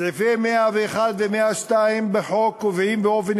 סעיפים 101 ו-102 בחוק קובעים באופן